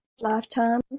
lifetime